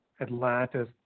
Atlantis